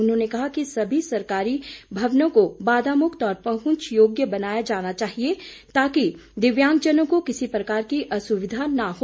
उन्होंने कहा कि सभी सरकारी भवनों को बाधा मुक्त और पहुंच योग्य बनाया जाना चाहिए ताकि दिव्यांगजनों को किसी प्रकार की असुविधा ना हो